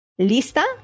¿Lista